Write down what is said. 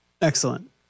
Excellent